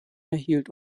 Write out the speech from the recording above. erhielt